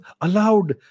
allowed